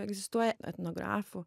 egzistuoja etnografų